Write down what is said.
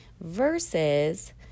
Versus